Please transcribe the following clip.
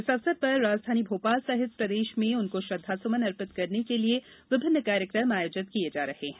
इस अवसर पर राजधानी भोपाल सहित प्रदेश में उनको श्रद्वासुमन अर्पित करने के लिए विभिन्न कार्यक्रम आयोजित किये जा रहे हैं